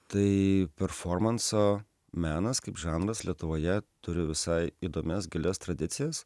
tai performanso menas kaip žanras lietuvoje turi visai įdomias gilias tradicijas